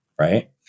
right